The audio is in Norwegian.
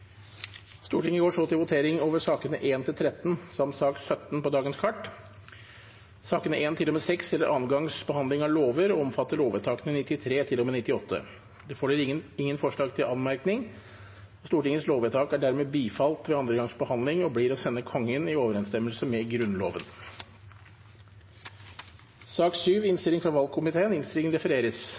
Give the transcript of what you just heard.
Stortinget. Stortinget går så til votering over sakene nr. 1–13 og sak nr. 17 på dagens kart. Sakene nr. 1–6 er andre gangs behandling av lovsaker og gjelder lovvedtakene 93 til og med 98. Det foreligger ingen forslag til anmerkning. Stortingets lovvedtak er dermed bifalt ved andre gangs behandling og blir å sende Kongen i overensstemmelse med Grunnloven.